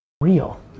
real